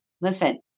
listen